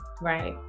Right